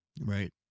Right